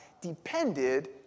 depended